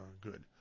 good